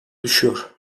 düşüyor